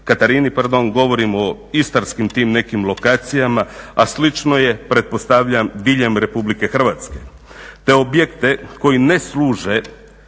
Katarini, govorimo o istarskim tim nekim lokacijama, a slično je pretpostavljam diljem Republike Hrvatske. Te objekte koji ne služe